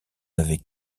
avait